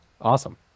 awesome